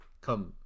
come